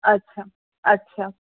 আচ্ছা আচ্ছা